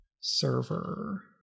Server